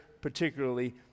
particularly